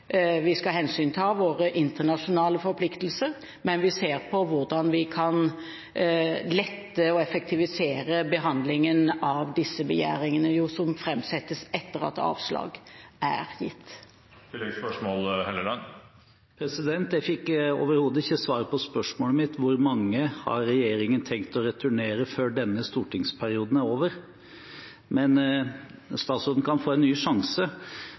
Vi skal ta hensyn til våre internasjonale forpliktelser, men vi ser på hvordan vi kan lette og effektivisere behandlingen av disse begjæringene, som jo framsettes etter at avslag er gitt. Jeg fikk overhodet ikke svar på spørsmålet mitt om hvor mange denne regjeringen har tenkt å returnere før denne stortingsperioden er over, men statsråden kan få en ny sjanse.